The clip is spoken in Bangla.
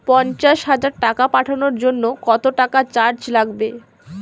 পণ্চাশ হাজার টাকা পাঠানোর জন্য কত টাকা চার্জ লাগবে?